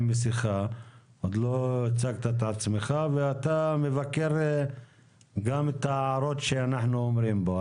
עוד לא הצגת את עצמך ואתה מבקר גם את ההערות שאנחנו אומרים פה.